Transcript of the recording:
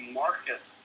market